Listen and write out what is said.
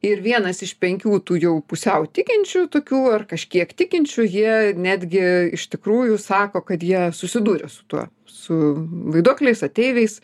ir vienas iš penkių tų jau pusiau tikinčių tokių ar kažkiek tikinčių jie netgi iš tikrųjų sako kad jie susidūrė su tuo su vaiduokliais ateiviais